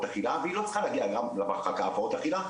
אכילה והיא לא צריכה להגיע למחלקה להפרעות אכילה,